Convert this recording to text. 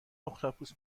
اختاپوس